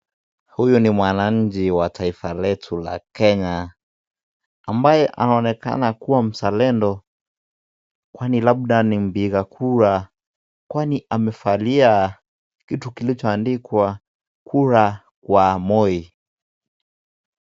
Huyu ni mwananchi wa taifa letu la Kenya ambaye anaonekana kuwa mzalendo kwani labda ni mpiga kura kwani amevalia kitu kilichoandikwa kura kwa Moi.